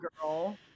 girl